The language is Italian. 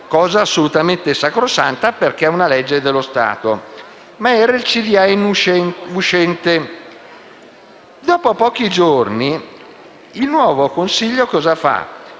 cosa assolutamente sacrosanta perché è una legge dello Stato. Ma era il consiglio uscente. Dopo pochi giorni il nuovo consiglio ha